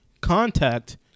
Contact